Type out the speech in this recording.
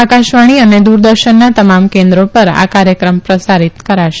આકાશવાણી અને દૂરદર્શનના તમામ કેન્દ્રો પર આ કાર્યક્રમ પ્રસારિત કરશે